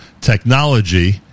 technology